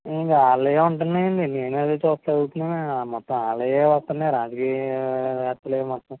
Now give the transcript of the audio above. ఇంక వాళ్ళవే ఉంటన్నాయండి నేనదే చూస్తా చదువుతున్నాను మొత్తం వాళ్ళవే వస్తున్నాయి రాజకీయ వార్తలే మొత్తం